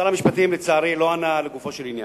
שר המשפטים, לצערי, לא ענה לגופו של עניין.